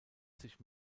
sich